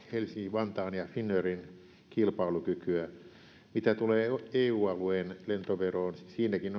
vantaan ja finnairin kilpailukykyä mitä tulee eu alueen lentoveroon siinäkin